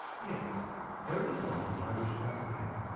yes there is a point which i wish to ascertain.